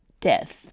death